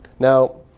now,